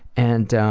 and